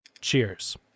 Cheers